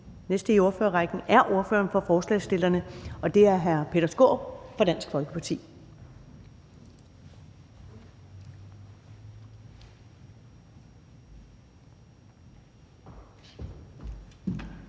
næste i ordførerrækken er ordføreren for forslagsstillerne, og det er hr. Peter Skaarup fra Dansk Folkeparti.